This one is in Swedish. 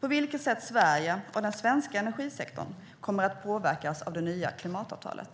på vilket sätt Sverige och den svenska energisektorn kommer att påverkas av det nya klimatavtalet.